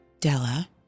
Della